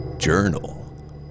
journal